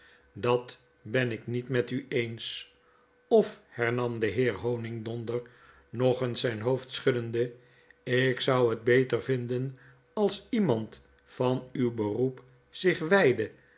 dat ben ik met met u eens of hernam de heer honigdonder nog eens zyn hoofd schuddende ik zou het beter vinden als iemand van uw beroep zich wydde